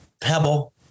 Pebble